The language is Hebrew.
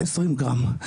20 גרם,